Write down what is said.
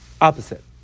Opposite